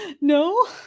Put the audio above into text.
No